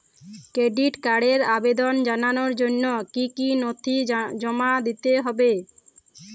Credit কার্ডের আবেদন জানানোর জন্য কী কী নথি জমা দিতে হবে?